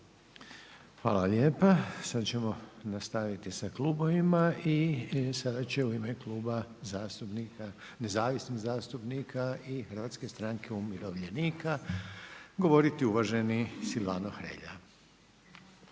Hvala lijepa. Sad ćemo nastaviti sa klubovima, i sada će u ime Kluba nezavisnih zastupnika i HSU-a govoriti uvaženi Silvano Hrelja.